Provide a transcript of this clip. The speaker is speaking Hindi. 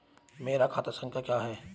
मेरा खाता संख्या क्या है?